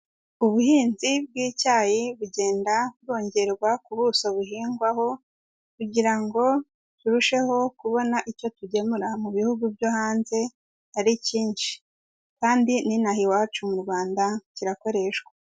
Ubuhinzi bw'icyayi bugenda bwongerwa ku buso buhingwaho kugira ngo turusheho kubona icyo tugemura mu bihugu byo hanze ari cyinshi kandi n'inaha iwacu mu Rwanda kirakoreshwa.